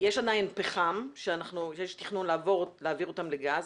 יש עדיין פחם שיש תכנון להעביר אותן לגז,